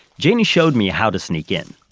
janie showed me how to sneak in,